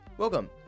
Welcome